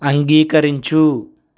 అంగీకరించు